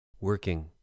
working